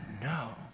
No